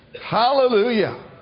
Hallelujah